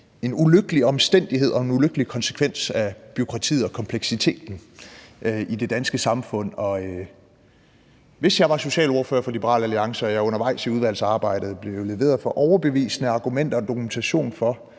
en ulykkelig omstændighed og en ulykkelig konsekvens af bureaukratiet og kompleksiteten i det danske samfund. Hvis jeg var socialordfører for Liberal Alliance og jeg undervejs i udvalgsarbejdet fik leveret overbevisende argumenter og dokumentation for,